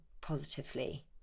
positively